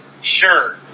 Sure